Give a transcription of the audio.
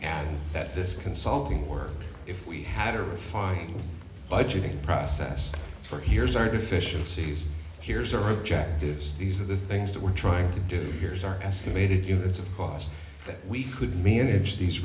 and that this consulting work if we had a refined budgeting process for here's our deficiencies here's our object yes these are the things that we're trying to do here is our estimated units of cost that we could manage these